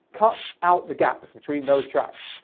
cut out the gaps between those tracks,